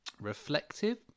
reflective